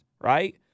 right